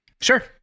Sure